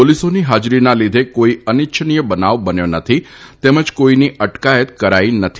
પોલીસોની હાજરીના લીધે કોઇ અનિચ્છનીય બનાવ બન્યો નથી તેમજ કોઇની અટકાયત કરાઇ નથી